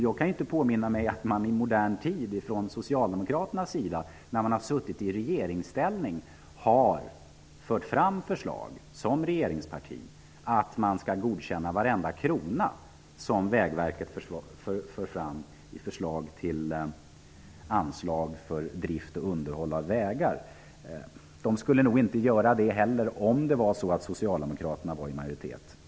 Jag kan inte påminna mig att Socialdemokraterna i modern tid i regeringsställning har fört fram förslag om att godkänna varenda krona som Vägverket önskar i anslag för drift och underhåll av vägar. Det skulle nog inte heller ske om Socialdemokraterna var i majoritet.